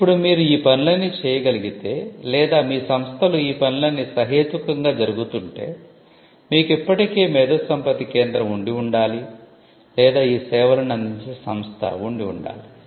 ఇప్పుడు మీరు ఈ పనులన్నీ చేయగలిగితే లేదా మీ సంస్థలో ఈ పనులన్నీ సహేతుకంగా జరుగుతుంటే మీకు ఇప్పటికే మేధోసంపత్తి కేంద్రo ఉండి ఉండాలి లేదా ఈ సేవలను అందించే సంస్థ ఉండి ఉండాలి